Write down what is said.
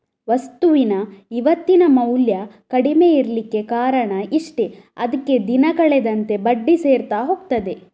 ವಸ್ತುವಿನ ಇವತ್ತಿನ ಮೌಲ್ಯ ಕಡಿಮೆ ಇರ್ಲಿಕ್ಕೆ ಕಾರಣ ಇಷ್ಟೇ ಅದ್ಕೆ ದಿನ ಕಳೆದಂತೆ ಬಡ್ಡಿ ಸೇರ್ತಾ ಹೋಗ್ತದೆ